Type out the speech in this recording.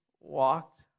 walked